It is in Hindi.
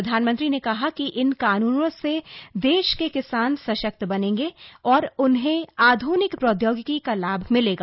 प्रधानमंत्री ने कहा कि इन कानूनों से देश के किसान सशक्त बनेंगे और उन्हें आधुनिक प्रौद्योगिकी का लाभ मिलेगा